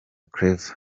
claver